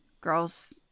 Girls